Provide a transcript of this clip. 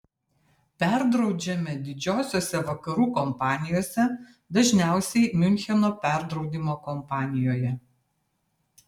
perdraudžiame didžiosiose vakarų kompanijose dažniausiai miuncheno perdraudimo kompanijoje